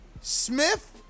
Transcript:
Smith